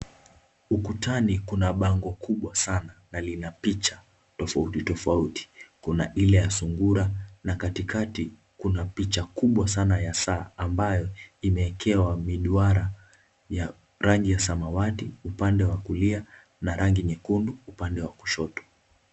Ukutani kuna bango kubwa sana na lina picha tofauti tofauti na kuna ile ya sungura na katikati kuna picha kubwa sana ya saa ambayo imeekewa miduara ya rangi ya samawati upande wa kulia na rangi nyekundu upande wa kushoto.